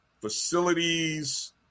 facilities